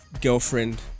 girlfriend